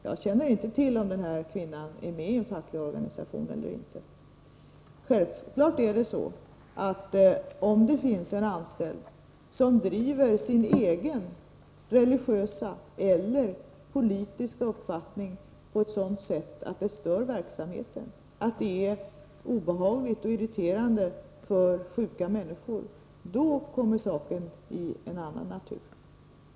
Jag känner inte till om den här kvinnan är med i en facklig organisation eller inte. Om en anställd som driver sin egen religiösa eller politiska uppfattning på ett sådant sätt att det stör verksamheten, att det är obehagligt och irriterande för sjuka människor, då kommer självfallet saken i ett annat läge.